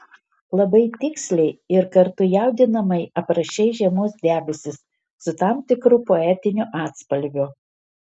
labai tiksliai ir kartu jaudinamai aprašei žiemos debesis su tam tikru poetiniu atspalviu